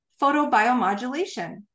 photobiomodulation